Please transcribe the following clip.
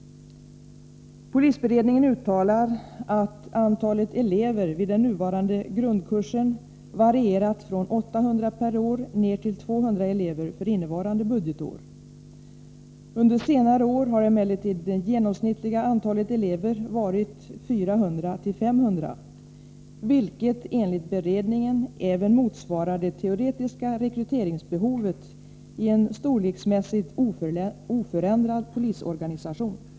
Polisberedningen uttalar att antalet elever vid den nuvarande grundkursen varierat från 800 per år ner till 200 elever för innevarande budgetår. Under senare år har emellertid det genomsnittliga antalet elever varit 400-500, vilket enligt beredningen även motsvarar det teoretiska rekryteringsbehovet i en storleksmässigt oförändrad polisorganisation.